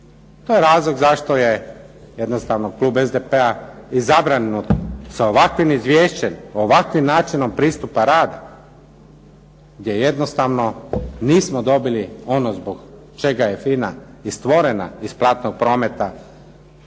To je razlog zašto je jednostavno klub SDP-a i zabrinut sa ovakvim izvješćem, ovakvim načinom pristupa rada, gdje jednostavno nismo dobili ono zbog čega je FINA i stvorena iz platnog prometa